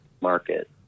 market